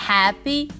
Happy